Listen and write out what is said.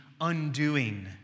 undoing